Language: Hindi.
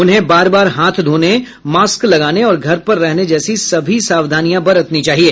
उन्हें बार बार हाथ धोने मॉस्क लगाने और घर पर रहने जैसी सभी सावधानियां बरतनी चाहिए